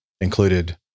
included